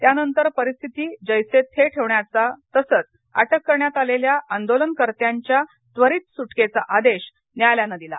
त्यानंतर परिस्थिती जैसे थे ठेवण्याचा तसच अटक करण्यात आलेल्या आंदोलनकर्त्याच्या त्वरित सुटकेचा आदेश न्यायालयानं दिला